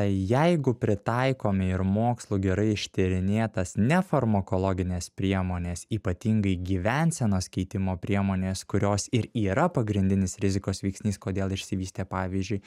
jeigu pritaikomi ir mokslo gerai ištyrinėtas nefarmakologines priemones ypatingai gyvensenos keitimo priemones kurios ir yra pagrindinis rizikos veiksnys kodėl išsivystė pavyzdžiui